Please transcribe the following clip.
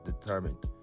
determined